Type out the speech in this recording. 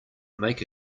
make